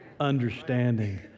understanding